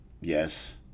yes